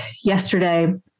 yesterday